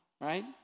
Right